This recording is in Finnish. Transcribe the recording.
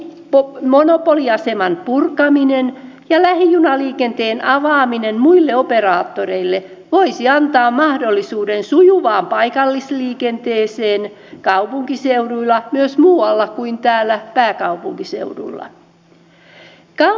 vrn monopoliaseman purkaminen ja lähijunaliikenteen avaaminen muille operaattoreille voisi antaa mahdollisuuden sujuvaan paikallisliikenteeseen kaupunkiseuduilla myös muualla kuin täällä pääkaupunkiseudulla